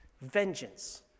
vengeance